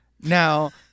Now